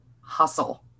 hustle